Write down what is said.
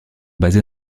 basée